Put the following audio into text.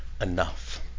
enough